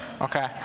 Okay